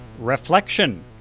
Reflection